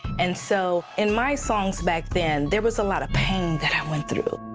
and so in my songs back then, there was a lot of pain that i went through.